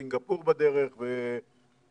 סינגפור בדרך ונוספות.